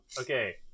Okay